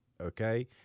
okay